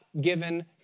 given